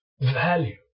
value